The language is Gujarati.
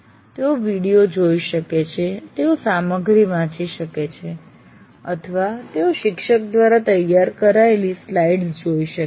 તેઓ વિડિઓ જોઈ શકે છે તેઓ સામગ્રી વાંચી શકે છે અથવા તેઓ શિક્ષક દ્વારા તૈયાર કરેલી સ્લાઇડ્સ જોઈ શકે છે